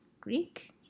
Greek